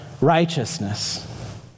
Righteousness